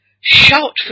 Shout